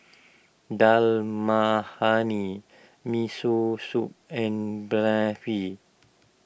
Dal Makhani Miso Soup and Barfi